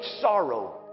sorrow